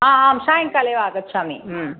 हा आं सायङ्काले एव आगच्छामि